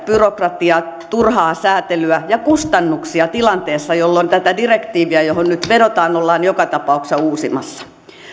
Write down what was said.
byrokratiaa turhaa säätelyä ja kustannuksia tilanteessa jolloin tätä direktiiviä johon nyt vedotaan ollaan joka tapauksessa uusimassa